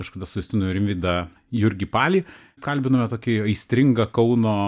kažkada su justinu rimvydą jurgį palį kalbinome tokį aistringą kauno